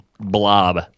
blob